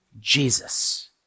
Jesus